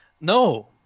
No